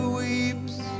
weeps